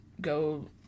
go